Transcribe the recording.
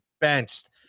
benched